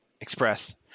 express